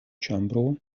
ĉambro